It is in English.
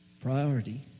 Priority